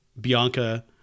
Bianca